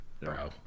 bro